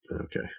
okay